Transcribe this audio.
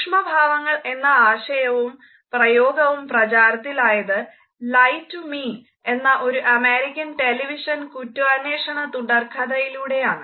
സൂക്ഷ്മ ഭാവങ്ങൾ എന്ന ആശയവും പ്രയോഗവും പ്രചാരത്തിലായത് ലൈ ടു മി എന്ന ഒരു അമേരിക്കൻ ടെലിവിഷൻ കുറ്റാന്വേഷണ തുടർക്കഥയിലൂടെയാണ്